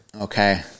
Okay